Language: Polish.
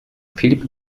filip